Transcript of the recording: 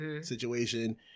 situation